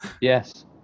Yes